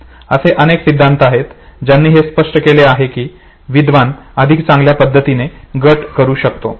असे अनेक सिद्धांत आहेत ज्यांनी हे स्पष्ट केले आहे की विद्वान अधिक चांगल्या पद्धतीने गट करू शकतात